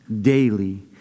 daily